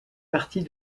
partie